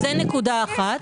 זו נקודה אחת.